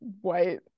white